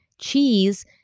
cheese